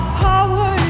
power